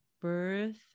birth